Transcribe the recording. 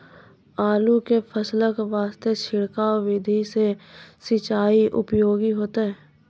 आलू के फसल वास्ते छिड़काव विधि से सिंचाई उपयोगी होइतै?